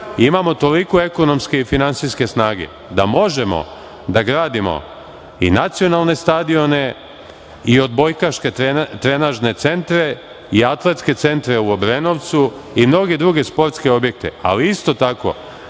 imamo toliko ekonomske i finansijske snage da možemo da gradimo i nacionalne stadione i odbojkaške trenažne centre i atletske centre u Obrenovcu i mnoge druge sportske objekte, ali, isto tako,